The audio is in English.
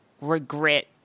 regret